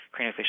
craniofacial